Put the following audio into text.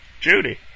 Judy